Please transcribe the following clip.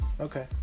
Okay